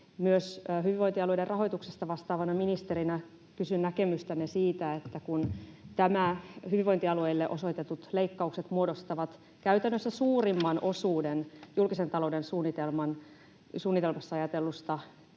Myös hyvinvointialueiden rahoituksesta vastaavana ministerinä kysyn näkemystänne siitä, että kun hyvinvointialueille osoitetut leikkaukset muodostavat käytännössä suurimman osuuden julkisen talouden suunnitelmassa ajatellusta